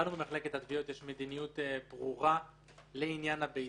לנו במחלקת התביעות יש מדיניות ברורה לעניין הביצים,